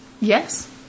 Yes